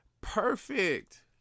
perfect